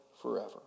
forever